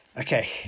okay